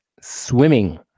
swimming